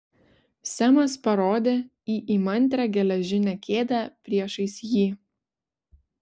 semas parodė į įmantrią geležinę kėdę priešais jį